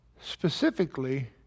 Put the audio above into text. specifically